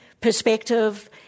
perspective